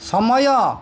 ସମୟ